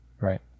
right